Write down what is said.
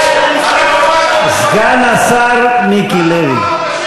סגן השר מיקי לוי,